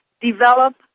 Develop